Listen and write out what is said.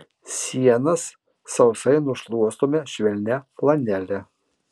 sienas sausai nušluostome švelnia flanele